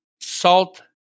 Salt